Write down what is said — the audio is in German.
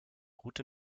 route